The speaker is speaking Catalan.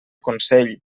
consell